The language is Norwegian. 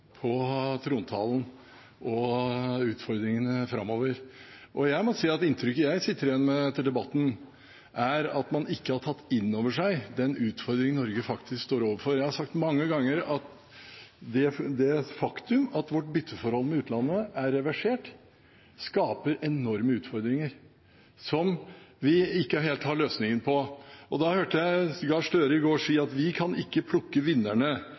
på trontalen og på utfordringene framover. Jeg må si at inntrykket jeg sitter igjen med etter debatten, er at man ikke har tatt inn over seg den utfordringen Norge faktisk står overfor. Jeg har sagt mange ganger at det faktum at vårt bytteforhold med utlandet er reversert, skaper enorme utfordringer som vi ikke helt har løsningen på. Da hørte jeg Gahr Støre si i går at vi ikke kan plukke vinnerne,